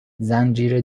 زنجیره